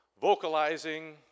Vocalizing